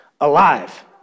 alive